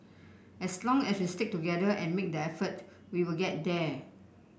as long as we stick together and make the effort we will get there